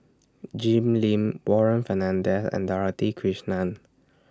Jim Lim Warren Fernandez and Dorothy Krishnan